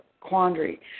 quandary